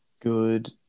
good